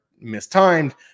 mistimed